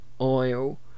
oil